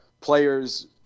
players